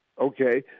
Okay